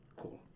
Cool